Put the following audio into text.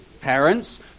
parents